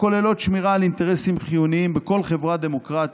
הכוללות שמירה על אינטרסים חיוניים בכל חברה דמוקרטית,